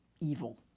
evil